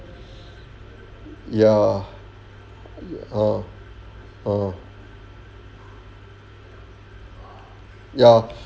ya ah ah ya